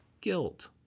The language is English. guilt